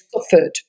suffered